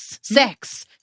Sex